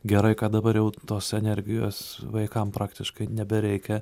gerai kad dabar jau tos energijos vaikam praktiškai nebereikia